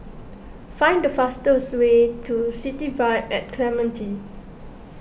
find the fastest way to City Vibe at Clementi